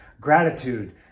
gratitude